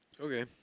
Okay